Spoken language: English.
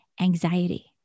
anxiety